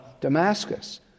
Damascus